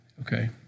okay